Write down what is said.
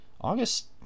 August